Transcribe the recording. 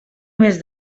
més